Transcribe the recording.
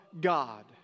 God